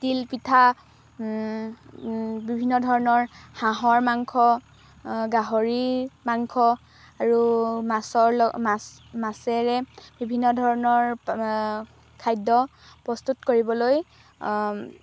তিল পিঠা বিভিন্ন ধৰণৰ হাঁহৰ মাংস গাহৰিৰ মাংস আৰু মাছৰ ল মাছ মাছেৰে বিভিন্ন ধৰণৰ খাদ্য প্ৰস্তুত কৰিবলৈ